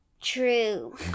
true